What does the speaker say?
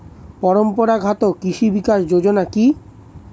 পরম্পরা ঘাত কৃষি বিকাশ যোজনা কি?